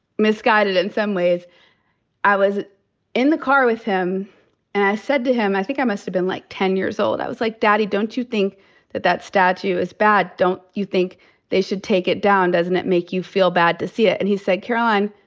misguided in some ways i was in the car with him and i said to him. i think i must have been like ten years old. i was like, daddy, don't you think that that statue is bad? don't you think they should take it down? doesn't it make you feel bad to see it? and he said, caroline,